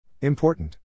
Important